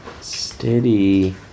Steady